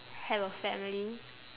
have a family